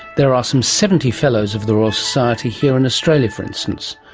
there are some seventy fellows of the royal society here in australia, for instance.